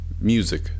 music